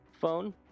phone